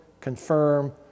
confirm